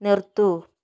നിർത്തൂ